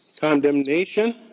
Condemnation